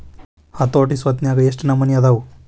ಹತೋಟಿ ಸ್ವತ್ನ್ಯಾಗ ಯೆಷ್ಟ್ ನಮನಿ ಅದಾವು?